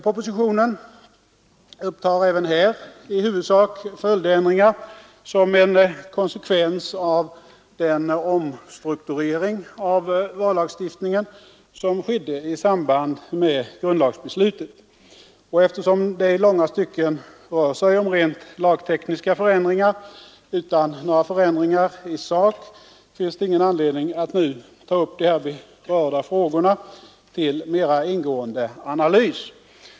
Propositionen upptar även här i huvudsak följdändringar som en konsekvens av den omstrukturering av vallagstiftningen som skedde i samband med grundlagsbeslutet. Eftersom det i långa stycken rör sig om rent lagtekniska förändringar utan några förändringar i sak, finns det ingen anledning att nu ta upp de berörda frågorna till mera ingående analys.